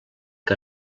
que